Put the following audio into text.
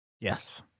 yes